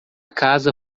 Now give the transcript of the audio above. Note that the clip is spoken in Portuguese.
casa